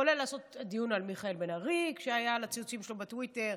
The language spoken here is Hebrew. כולל לעשות דיון על מיכאל בן ארי כשהיה על הציוצים שלו בטוויטר,